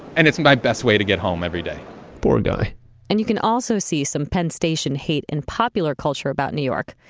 and it's my best way to get home every day poor guy and you can also see some penn station hate in popular culture about new york,